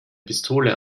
pistole